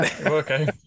Okay